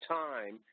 time